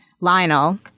Lionel